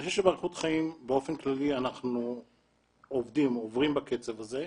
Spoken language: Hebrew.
אני חושב שאריכות חיים באופן כללי אנחנו עובדים בקצב הזה,